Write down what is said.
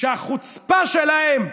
שהחוצפה שלהם,